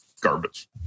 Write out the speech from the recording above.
garbage